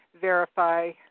verify